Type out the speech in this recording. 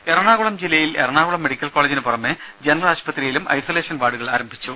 ദേദ എറണാകുളം ജില്ലയിൽ എറണാകുളം മെഡിക്കൽ കോളജിനു പുറമെ ജനറൽ ആശുപത്രിയിലും ഐസൊലേഷൻ വാർഡുകൾ ആരംഭിച്ചു